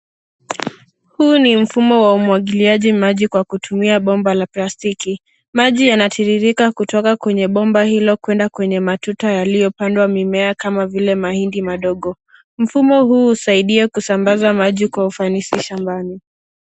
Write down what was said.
Huu ni mfumo wa umwangiliaji maji kwa kutumia bomba la plastiki. Maji yanatiririka kutoka kwenye bomba hilo kwenda kwenye matuta yaliyopandwa mimea kama vile mahindi madogo. Mfumo huu husaidia kusambaza maji kwa ufanisi shambani.